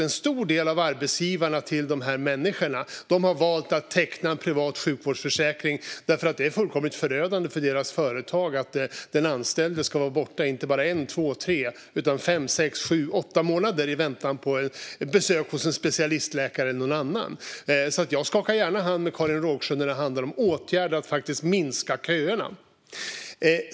En stor del av arbetsgivarna till de människorna har valt att teckna en privat sjukvårdsförsäkring därför att det är fullkomligt förödande för deras företag att den anställde ska vara borta inte bara en, två eller tre utan fem, sex, sju eller åtta månader i väntan på besök hos en specialistläkare eller någon annan. Jag skakar gärna hand med Karin Rågsjö när det handlar om åtgärder för att minska köerna.